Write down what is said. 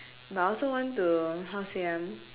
but I also want to how say ah